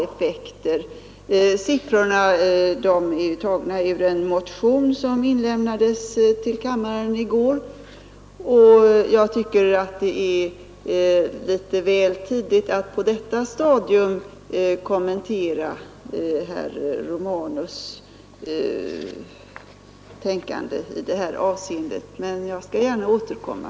De siffrorna är ju tagna ur en motion som avlämnades till kammaren i går, och jag tycker det är litet väl tidigt att på detta stadium kommentera herr Romanus” synpunkter i det fallet. Jag skall emellertid gärna återkomma.